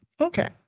Okay